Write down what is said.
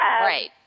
Right